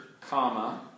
comma